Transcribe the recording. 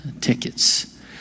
tickets